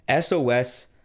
SOS